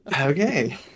Okay